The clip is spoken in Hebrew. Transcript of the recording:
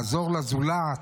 לעזור לזולת.